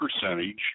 percentage